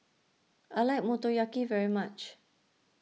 I like Motoyaki very much